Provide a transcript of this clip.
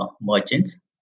merchants